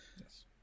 Yes